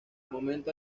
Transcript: momento